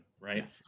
right